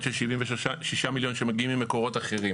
של 76 מיליון שמגיעים ממקורות אחרים,